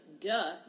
duh